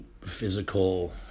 physical